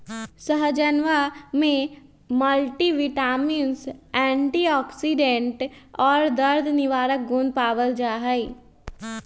सहजनवा में multivitamins antioxidant और दर्द निवारक गुण पावल जाहई